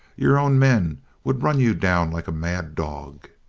your own men would run you down like a mad dog!